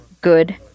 good